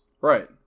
Right